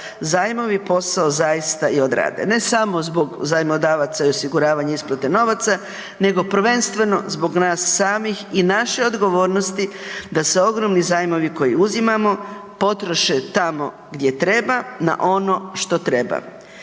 zajmovi posao zaista i odradi, ne samo zbog zajmodavaca i osiguravanja isplate novaca nego prvenstveno zbog nas samih i naše odgovornosti da ogromno zajmovi koje uzimamo potroše tamo gdje treba na ono što treba.